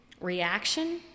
reaction